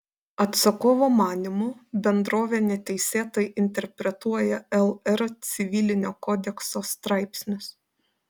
atsakovo manymu bendrovė neteisėtai interpretuoja lr civilinio kodekso straipsnius